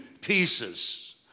pieces